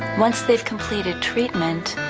once they've completed treatment,